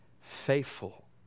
faithful